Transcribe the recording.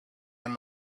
and